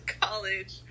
college